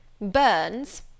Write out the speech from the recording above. Burns